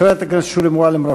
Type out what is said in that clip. חברת הכנסת שולי מועלם-רפאלי.